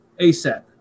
ASAP